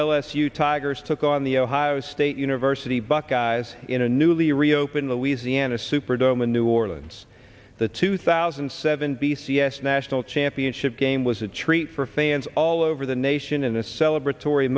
u tigers took on the ohio state university buckeyes in a newly reopened louisiana superdome in new orleans the two thousand and seven b c s national championship game was a treat for fans all over the nation in the celebrate tor